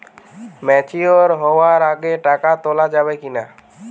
Mature হওয়ার আগে টাকা তোলা যাবে কিনা?